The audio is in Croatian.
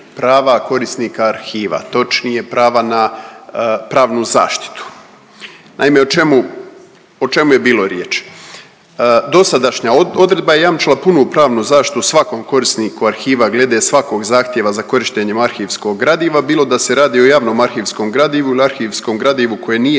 korisnika arhiva, točnije prava na pravnu zaštitu. Naime o čemu, o čemu je bilo riječ? Dosadašnja odredba je jamčila punu pravnu zaštitu svakom korisniku arhiva glede svakog zahtjeva za korištenjem arhivskog gradiva bilo da se radi o javnom arhivskom gradivu ili arhivskom gradivu koje nije